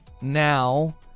now